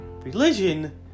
religion